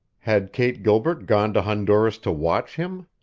had kate gilbert gone to honduras to watch him?